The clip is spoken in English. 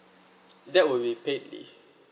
that will be paid leave